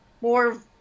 more